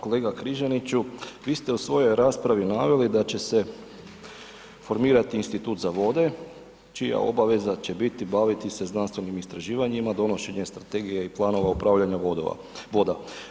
Kolega Križaniću, vi ste u svojoj raspravi naveli da će se formirati institut za vode čija obaveza će biti baviti se znanstvenim istraživanjima, donošenje strategije i planova upravljanja voda.